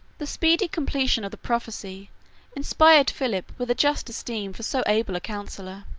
the speedy completion of the prophecy inspired philip with a just esteem for so able a counsellor